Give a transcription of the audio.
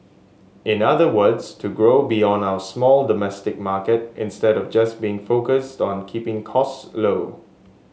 in other words to grow beyond our small domestic market instead of just being focused on keeping costs low